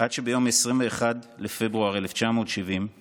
עד שביום 21 בפברואר 1970 נרצח,